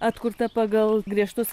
atkurta pagal griežtus